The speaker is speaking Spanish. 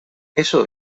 eso